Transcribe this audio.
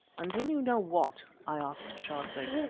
until you know what? i asked, sharply.